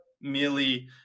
merely